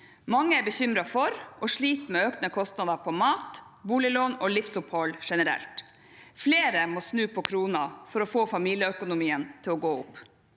Mange er både bekymret for og sliter med økte kostnader til mat, boliglån og livsopphold generelt. Flere må snu på krona for å få familieøkonomien til å gå opp.